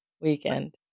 weekend